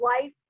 life